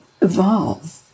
evolve